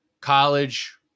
college